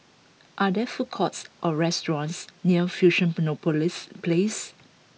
are there food courts or restaurants near Fusionopolis Place